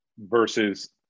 Versus